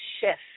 shift